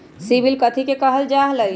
CIBIL कथि के काहल जा लई?